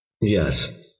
yes